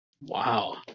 Wow